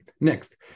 Next